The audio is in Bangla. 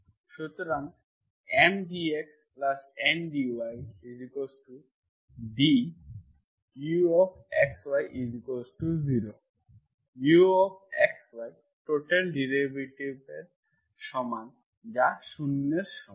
সুতরাং M dxN dyduxy0 Uxy total ডেরিভেটিভের সমান যা 0 এর সমান